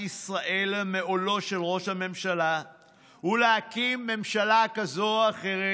ישראל מעולו של ראש הממשלה ולהקים ממשלה כזאת או אחרת,